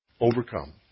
overcome